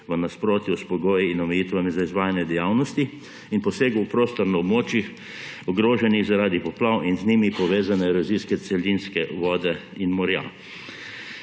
v nasprotju s pogoji in omejitvami za izvajanje dejavnosti in posegov v prostor na območjih, ogroženih zaradi poplav in z njimi povezane erozijske celinske vode in morja.